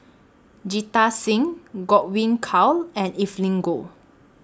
Jita Singh Godwin Koay and Evelyn Goh